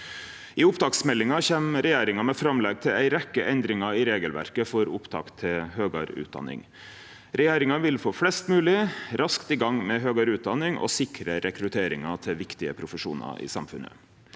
I opptaksmeldinga kjem regjeringa med framlegg til ei rekkje endringar i regelverket for opptak til høgare utdanning. Regjeringa vil få flest mogleg raskt i gang med høgare utdanning og sikre rekrutteringa til viktige profesjonar i samfunnet.